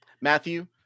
Matthew